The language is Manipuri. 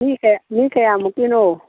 ꯃꯤ ꯀꯌꯥ ꯃꯤ ꯀꯌꯥꯝꯃꯨꯛꯀꯤꯅꯣ